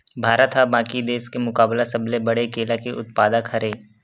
भारत हा बाकि देस के मुकाबला सबले बड़े केला के उत्पादक हरे